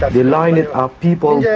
they lined up people yeah